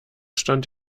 stand